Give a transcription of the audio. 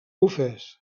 ofès